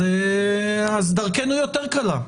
אז דרכנו יותר קלה.